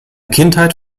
kindheit